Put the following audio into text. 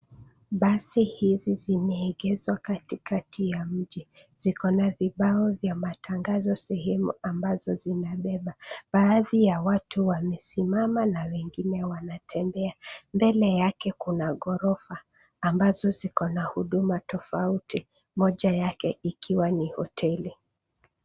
Basi hizi zimeegezwa katikati ya mji. Ziko na vibao vya matangazo sehemu ambazo zinabeba. Baadhi ya watu wamesimama na wengine wanatembea. Mbele yake kuna ghorofa ambazo ziko na huduma tofauti moja yake ikiwa ni hoteli.